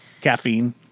Caffeine